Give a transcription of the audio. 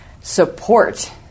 support